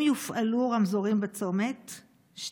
רמזורים בצומת בית ענון, בבקשה.